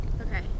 Okay